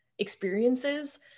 experiences